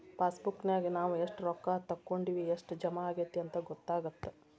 ಪಾಸಬುಕ್ನ್ಯಾಗ ನಾವ ಎಷ್ಟ ರೊಕ್ಕಾ ತೊಕ್ಕೊಂಡಿವಿ ಎಷ್ಟ್ ಜಮಾ ಆಗೈತಿ ಅಂತ ಗೊತ್ತಾಗತ್ತ